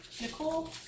Nicole